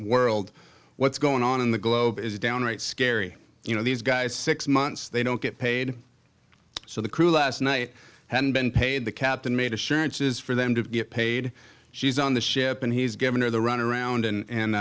world what's going on in the globe is downright scary you know these guys six months they don't get paid so the crew last night hadn't been paid the captain made assurances for them to get paid she's on the ship and he's given her the runaround